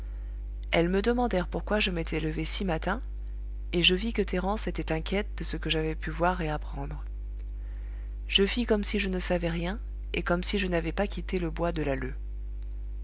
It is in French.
elles me demandèrent pourquoi je m'étais levé si matin et je vis que thérence était inquiète de ce que j'avais pu voir et apprendre je fis comme si je ne savais rien et comme si je n'avais pas quitté le bois de